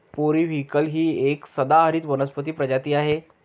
periwinkle ही एक सदाहरित वनस्पती प्रजाती आहे